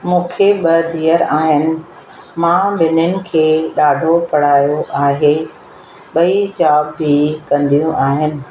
मूंखे ॿ धीअर आहिनि मां ॿिन्हिनि खे ॾाढो पढ़ायो आहे ॿई जॉब बि कंदियूं आहिनि